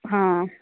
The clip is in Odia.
ହଁ